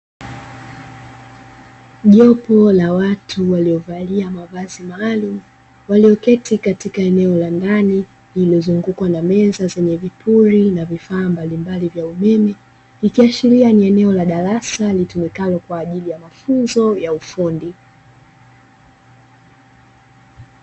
Jopo la watu waliovalia mavazi maalumu, walioketi katika eneo la ndani lililozungukwa na meza zenye vipuli na vifaa mbalimbali vya umeme, ikiashiria ni eneo la darasa litumikalo kwa ajili ya mafunzo ya ufundi.